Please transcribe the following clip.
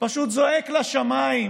פשוט זועק לשמיים,